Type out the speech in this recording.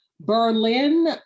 Berlin